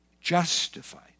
Justified